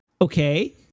okay